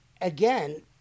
again